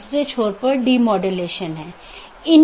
तो यह दूसरे AS में BGP साथियों के लिए जाना जाता है